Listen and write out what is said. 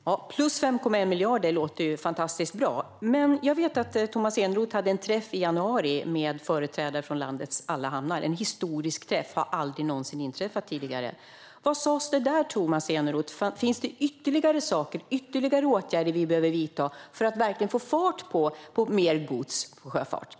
Herr talman! Ytterligare 5,1 miljarder låter fantastiskt bra. Men jag vet att Tomas Eneroth hade en träff i januari med företrädare för landets alla hamnar. Det var en historisk träff. Det har aldrig någonsin inträffat tidigare. Vad sas vid denna träff, Tomas Eneroth? Finns ytterligare åtgärder som behöver vidtas för att verkligen få mer gods över till sjöfarten?